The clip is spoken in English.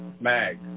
mag